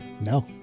No